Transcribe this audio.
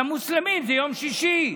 למוסלמים זה יום שישי.